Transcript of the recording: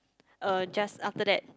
uh just after that